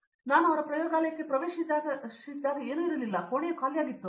ಆದ್ದರಿಂದ ನಾನು ಅವರ ಪ್ರಯೋಗಾಲಯಕ್ಕೆ ಪ್ರವೇಶಿಸಿದಾಗ ಏನೂ ಇರಲಿಲ್ಲ ಕೋಣೆಯು ಖಾಲಿಯಾಗಿದೆ